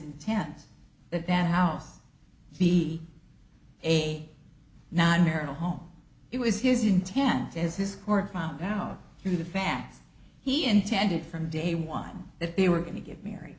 that that house be a not marital home it was his intent as his court found out through the fact he intended from day one that they were going to get married